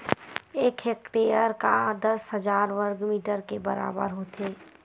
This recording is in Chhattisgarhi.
एक हेक्टेअर हा दस हजार वर्ग मीटर के बराबर होथे